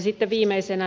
sitten viimeisenä